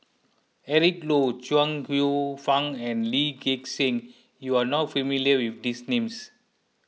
Eric Low Chuang Hsueh Fang and Lee Gek Seng you are not familiar with these names